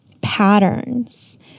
patterns